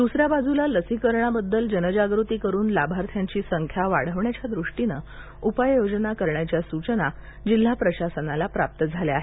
दुसऱ्या बाजूला लसीकरणाबद्दल जनजागृती करून लाभार्थ्यांची संख्या वाढवण्याच्या दृष्टीनं उपाय योजना करण्याच्या सूचना जिल्हा प्रशासनाला प्राप्त झाल्या आहेत